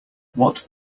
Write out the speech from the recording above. what